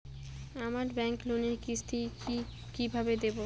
আমার ব্যাংক লোনের কিস্তি কি কিভাবে দেবো?